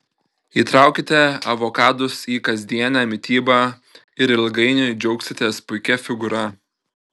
įtraukite avokadus į kasdienę mitybą ir ilgainiui džiaugsitės puikia figūra